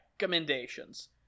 recommendations